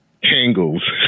Tangles